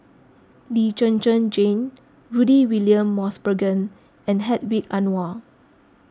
Lee Zhen Zhen Jane Rudy William Mosbergen and Hedwig Anuar